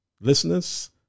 Listeners